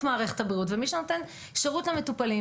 מערכת הבריאות ומי שנותן שירות למטופלים,